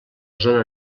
zona